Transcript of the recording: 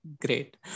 Great